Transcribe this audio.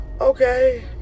Okay